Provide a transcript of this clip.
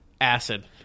acid